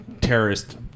terrorist